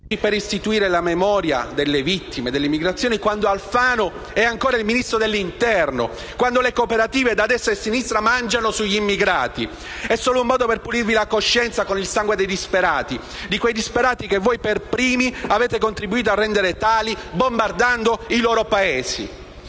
per celebrare la memoria delle vittime dell'immigrazione, quando Alfano è ancora il ministro dell'interno, quando le cooperative, da destra a sinistra, mangiano sugli immigrati. È solo un modo per pulirvi la coscienza con il sangue dei disperati, di quei disperati che voi per primi avete contribuito a rendere tali bombardando i loro Paesi.